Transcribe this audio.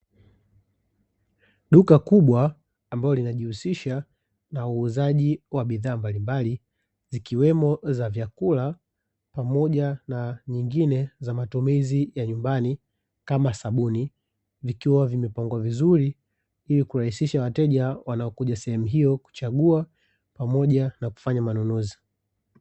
Duka kubwa ambalo linajihusisha na uuzaji wa bidhaa mbalimbali zikiwemo za vyakula pamoja na nyingine za matumizi ya nyumbani kama sabuni, ikiwa zimepangiliwa vizuri ili kurahisisha wateja wanaokuja sehemu hiyo kuchagua pamoja na kufanya manunuzi.